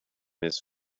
his